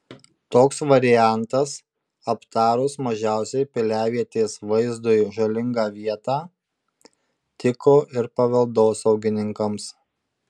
toks variantas aptarus mažiausiai piliavietės vaizdui žalingą vietą tiko ir paveldosaugininkams